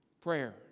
prayer